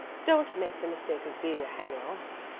don't make the mistake of being a hanger-on.